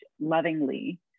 lovingly